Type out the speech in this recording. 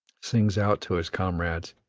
sings out to his comrades,